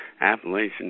Appalachian